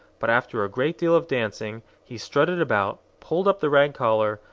but, after a great deal of dancing, he strutted about, pulled up the rag collar,